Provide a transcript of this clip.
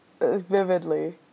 vividly